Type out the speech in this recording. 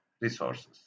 resources